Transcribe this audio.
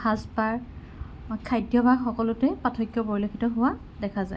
সাজ পাৰ খাদ্যাভাস সকলোতে পাৰ্থক্য পৰিলক্ষিত হোৱা দেখা যায়